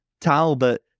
Talbot